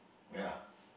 ya